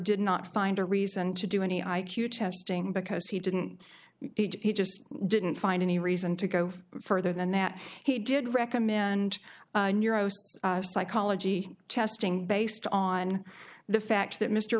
did not find a reason to do any i q testing because he didn't he just didn't find any reason to go further than that he did recommend neuro psychology testing based on the fact that mr